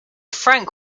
franc